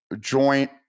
joint